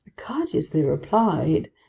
courteously replied,